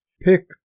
Pick